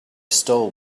stole